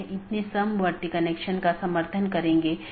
यहाँ N1 R1 AS1 N2 R2 AS2 एक मार्ग है इत्यादि